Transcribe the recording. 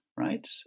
right